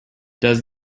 does